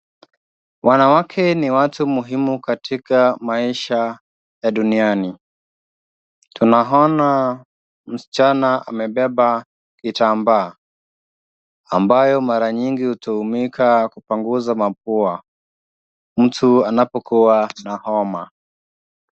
Wanawake ni watu muhimu katika maisha ya duniani. Tunaona msichana amebeba kitambaa, ambayo mara nyingi hutumika kupanguza mapua, mtu anapokuwa na homa.